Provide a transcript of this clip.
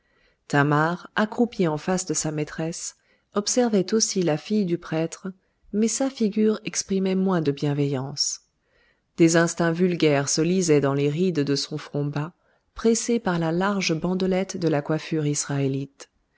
thamar accroupie en face de sa maîtresse observait aussi la fille du prêtre mais sa figure exprimait moins de bienveillance des instincts vulgaires se lisaient dans les rides de son front bas pressé par la large bandelette de la coiffure israélite